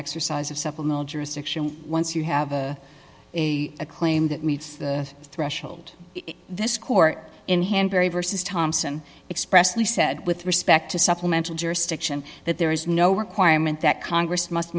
exercise of supplemental jurisdiction once you have a a a claim that meets the threshold in this court in hanbury versus thomson expressly said with respect to supplemental jurisdiction that there is no requirement that congress must